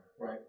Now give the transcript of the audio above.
Right